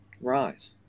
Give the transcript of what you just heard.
Right